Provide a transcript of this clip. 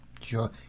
Sure